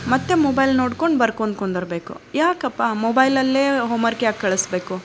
ಮತ್ತೆ ಮೊಬೈಲ್ ನೋಡ್ಕೊಂಡು ಬರ್ಕೊಂಡು ಕುಂದ್ರಬೇಕು ಯಾಕಪ್ಪಾ ಮೊಬೈಲಲ್ಲೇ ಹೋಮ್ವರ್ಕ್ ಯಾಕೆ ಕಳಿಸಬೇಕು